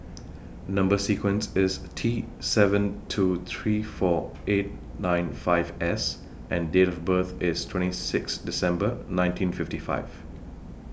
Number sequence IS T seven two three four eight nine five S and Date of birth IS twenty six December nineteen fifty five